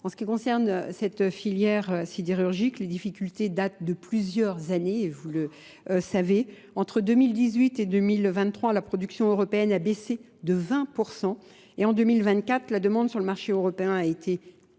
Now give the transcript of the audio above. en ce qui concerne cette filière sidérurgique, les difficultés datent de plusieurs années. Vous le savez, entre 2018 et 2023, la production européenne a baissé de 20% et en 2024, la demande sur le marché européen a été